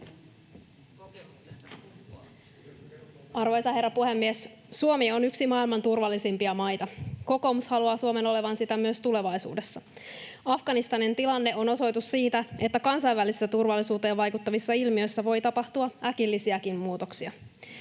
Arvoisa herra puhemies! Suomi on yksi maailman turvallisimpia maita. Kokoomus haluaa Suomen olevan sitä myös tulevaisuudessa. Afganistanin tilanne on osoitus siitä, että kansainvälisissä turvallisuuteen vaikuttavissa ilmiöissä voi tapahtua äkillisiäkin muutoksia.